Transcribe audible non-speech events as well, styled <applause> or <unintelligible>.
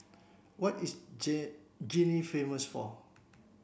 what is <unintelligible> Guinea famous for